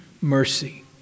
mercy